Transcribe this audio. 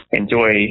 enjoy